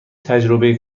تجربه